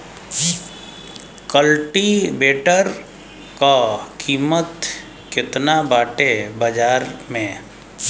कल्टी वेटर क कीमत केतना बाटे बाजार में?